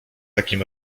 takim